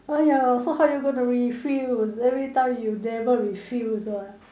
oh ya so how you gonna refuse everytime you never refuse [what]